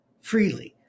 freely